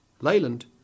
Leyland